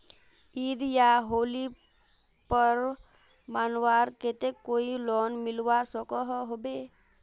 ईद या होली पर्व मनवार केते कोई लोन मिलवा सकोहो होबे?